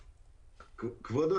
הקודם.